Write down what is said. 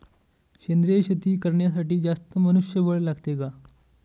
सेंद्रिय शेती करण्यासाठी जास्त मनुष्यबळ लागते का?